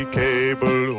cable